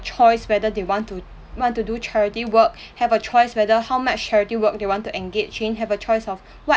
choice whether they want to want to do charity work have a choice whether how much charity work they want to engage in have a choice of what